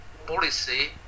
policy